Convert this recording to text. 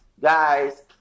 guys